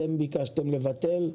אתם ביקשתם לבטל.